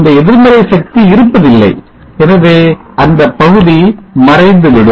இந்த எதிர்மறை சக்தி இருப்பதில்லை எனவே அந்தப் பகுதி மறைந்துவிடும்